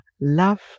love